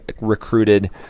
recruited